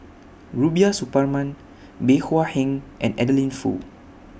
Rubiah Suparman Bey Hua Heng and Adeline Foo